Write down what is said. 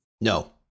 No